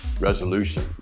Resolution